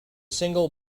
single